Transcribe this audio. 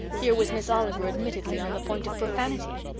here was miss oliver admittedly on the point of profanity.